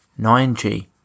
9G